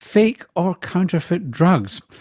fake, or counterfeit drugs.